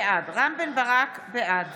(קוראת בשם חבר הכנסת) רם בן ברק, בעד